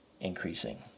increasing